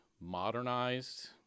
modernized